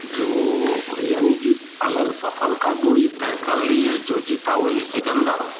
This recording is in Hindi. जो यानी कि अगर सफर का दूरी तय कर लिए जो जीता वही सिकन्दर